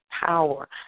power